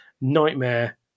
Nightmare